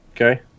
Okay